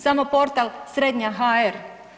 Samo portal Srednjahr.